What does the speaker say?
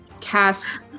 cast